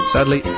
Sadly